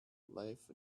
life